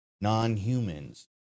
non-humans